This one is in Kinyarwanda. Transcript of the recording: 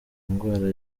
ndwara